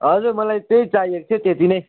हजुर मलाई त्यही चाहिएको थियो त्यति नै